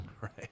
Right